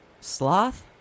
Sloth